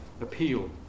appeal